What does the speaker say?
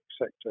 sector